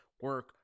Work